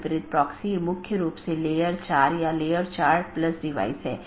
धीरे धीरे हम अन्य परतों को देखेंगे जैसे कि हम ऊपर से नीचे का दृष्टिकोण का अनुसरण कर रहे हैं